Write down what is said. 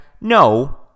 No